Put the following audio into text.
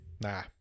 nah